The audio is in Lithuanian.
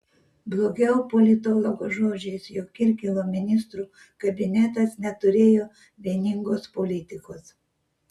blogiau politologo žodžiais jog kirkilo ministrų kabinetas neturėjo vieningos politikos